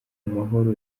amahoro